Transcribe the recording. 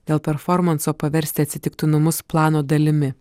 dėl performanso paversti atsitiktinumus plano dalimi